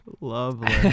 lovely